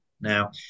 now